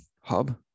hub